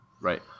Right